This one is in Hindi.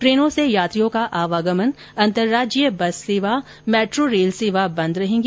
ट्रेनों से यात्रियों का आवागमन अंतरराज्यीय बस सेवा मेट्रो रेल सेवा बंद रहेंगी